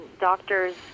doctors